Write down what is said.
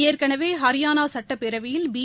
ஏற்கனவே ஹரியானா சட்டப்பேரவையில் பி